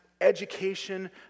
Education